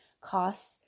costs